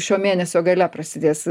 šio mėnesio gale prasidės